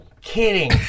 kidding